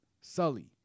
Sully